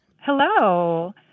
Hello